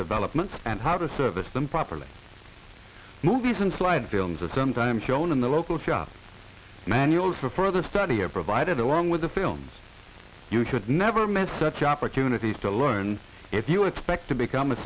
developments and how to service them properly movies and slide films are sometimes shown in the local shop manuals for further study of provided along with the films you had never met such opportunities to learn if you expect to become a